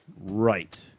Right